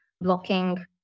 blocking